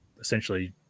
essentially